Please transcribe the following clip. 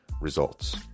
results